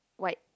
white